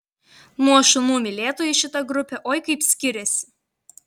nuo šunų mylėtojų šita grupė oi kaip skiriasi